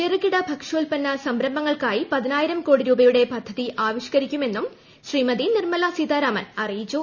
ചെറുകിട ഭക്ഷ്യോത്പന്ന സംരംഭങ്ങൾക്കായി പതിനായിരം കോടി രൂപയുടെ പദ്ധതി ആവിഷ്കരി്ക്കുള്മന്നും ശ്രീമതി നിർമല സീതാരാമൻ അറിയിച്ചു